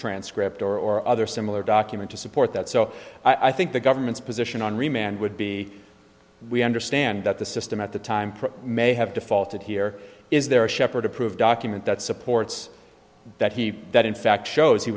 transcript or other similar document to support that so i think the government's position on remand would be we understand that the system at the time for may have defaulted here is there a shepherd approved document that supports that he that in fact shows he